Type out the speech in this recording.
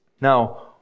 Now